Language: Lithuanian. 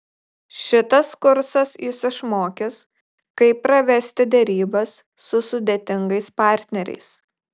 šitas kursas jus išmokys kaip pravesti derybas su sudėtingais partneriais